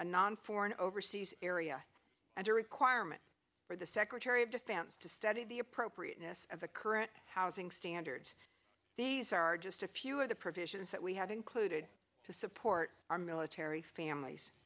a non foreign overseas area and a requirement for the secretary of defense to study the appropriateness of the current housing standards these are just a few of the provisions that we had included to support our military families